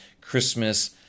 Christmas